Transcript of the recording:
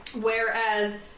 Whereas